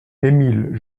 émile